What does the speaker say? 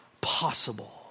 possible